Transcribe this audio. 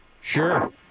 Sure